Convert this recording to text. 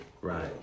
Right